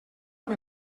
amb